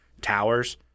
towers